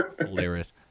hilarious